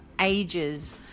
ages